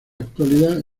actualidad